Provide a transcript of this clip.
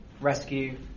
Rescue